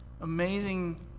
amazing